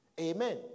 Amen